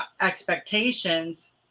expectations